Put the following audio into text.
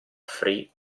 free